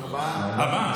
ארבעה.